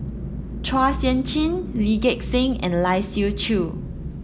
Chua Sian Chin Lee Gek Seng and Lai Siu Chiu